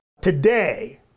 Today